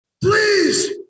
please